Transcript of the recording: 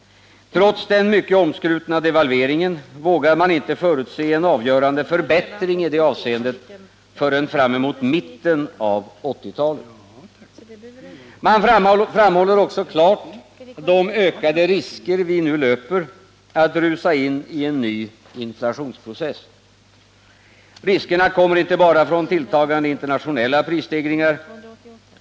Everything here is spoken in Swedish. Trots den mycket omskrutna devalveringen vågar man inte förutse en avgörande förbättring förrän framemot mitten av 1980-talet. Man framhåller också klart de ökade risker vi nu löper att rusa in i en ny inflationsprocess. Riskerna kommer inte bara från tilltagande internationella prisstegringar.